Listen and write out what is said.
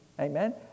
Amen